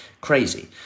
crazy